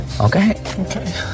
Okay